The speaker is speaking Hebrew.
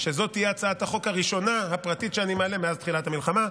בחרתי שזאת תהיה הצעת החוק הפרטית הראשונה שאני מעלה מאז תחילת המלחמה.